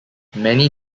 many